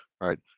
right